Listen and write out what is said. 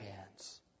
hands